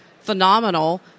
Phenomenal